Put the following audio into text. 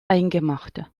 eingemachte